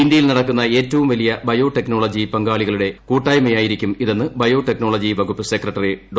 ഇന്ത്യയിൽ നടക്കുന്ന ഏറ്റവും വലിയ ബയോടെക്നോളജി പങ്കാളികളുടെ കൂട്ടായ്മയായിരിക്കും ഇതെന്ന് ബയോടെക്നോളജി വകുപ്പ് സെക്രട്ടറി ഡോ